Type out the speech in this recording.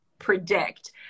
predict